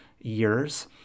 years